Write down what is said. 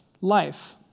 life